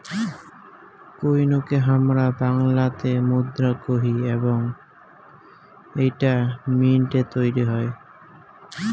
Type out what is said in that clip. কোইনকে হামরা বাংলাতে মুদ্রা কোহি এবং এইটা মিন্ট এ তৈরী হই